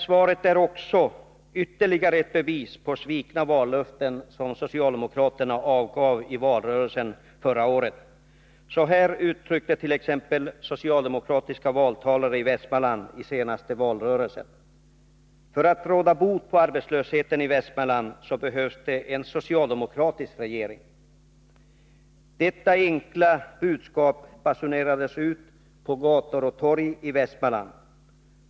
Svaret är också ytterligare ett exempel på att socialdemokraterna sviker löftena från valrörelsen förra året. Då uttryckte sig socialdemokratiska valtalare på följande sätt: För att råda bot på arbetslösheten i Västmanland behövs det en socialdemokratisk regering. Detta enkla budskap basunerades ut på gator och torg i Västmanland.